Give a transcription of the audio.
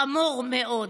חמור מאוד.